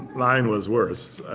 mine was worse.